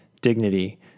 dignity